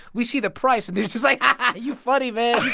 we see the price. then she's like, ah you funny, man